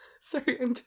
Sorry